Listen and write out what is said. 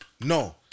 no